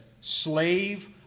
slave